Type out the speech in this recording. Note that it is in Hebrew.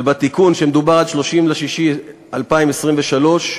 ובתיקון מדובר על 30 ביוני 2023,